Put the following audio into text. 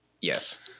yes